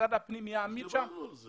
הם יודעים את זה.